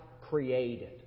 created